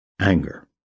anger